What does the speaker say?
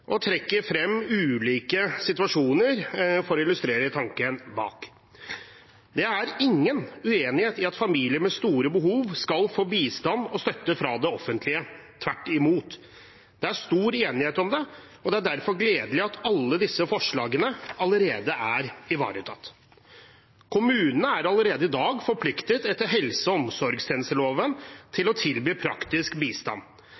frem ulike situasjoner for å illustrere tanken bak. Det er ingen uenighet om at familier med store behov skal få bistand og støtte fra det offentlige. Tvert imot: Det er stor enighet om det, og det er derfor gledelig at alle disse forslagene allerede er ivaretatt. Kommunene er allerede i dag forpliktet etter helse- og omsorgstjenesteloven til å tilby praktisk bistand.